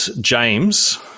James